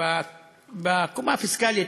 בקומה הפיסקלית,